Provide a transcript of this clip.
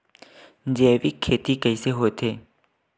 जैविक खेती कइसे होथे?